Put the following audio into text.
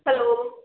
hello